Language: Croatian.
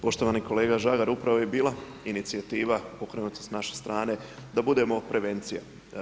Poštovani kolega Žagar, upravo je i bila inicijativa pokrenuta sa naše strane da budemo prevencija.